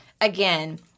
again